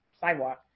sidewalk